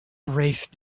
braced